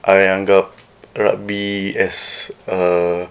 I anggap rugby as a